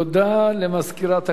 תודה למזכירת הכנסת.